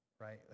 right